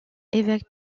évêque